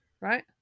right